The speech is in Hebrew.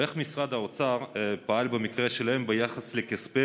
איך משרד האוצר פעל במקרה שלהם ביחס לכספי